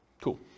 Cool